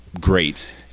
great